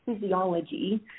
physiology